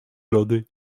lody